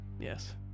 Yes